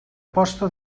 posta